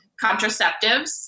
contraceptives